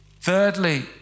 Thirdly